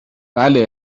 بله